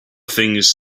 things